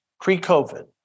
pre-COVID